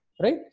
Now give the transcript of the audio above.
right